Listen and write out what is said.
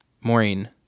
Maureen